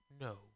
No